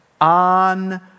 on